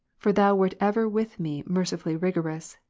for thou wert ever with me mercifully rigorous,